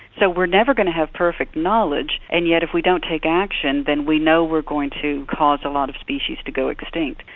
so we're never going to have perfect knowledge, and yet if we don't take action then we know we're going to cause a lot of species to go extinct.